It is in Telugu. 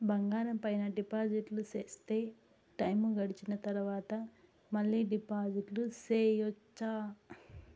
బంగారం పైన డిపాజిట్లు సేస్తే, టైము గడిసిన తరవాత, మళ్ళీ డిపాజిట్లు సెయొచ్చా?